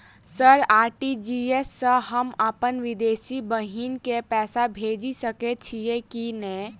Sir RTGS सँ हम अप्पन विदेशी बहिन केँ पैसा भेजि सकै छियै की नै?